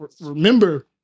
remember